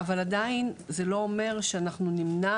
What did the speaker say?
אבל עדיין זה לא אומר שאנחנו נמנע,